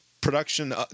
production